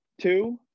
Two